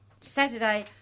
Saturday